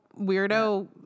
weirdo